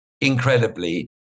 incredibly